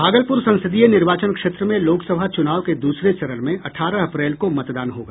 भागलपुर संसदीय निर्वाचन क्षेत्र में लोकसभा चुनाव के दूसरे चरण में अठारह अप्रैल को मतदान होगा